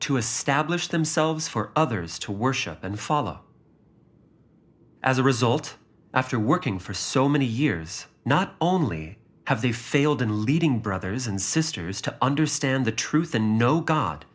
to establish themselves for others to worship and follow as a result after working for so many years not only have they failed in leading brothers and sisters to understand the truth the no god